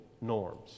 norms